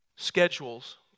Schedules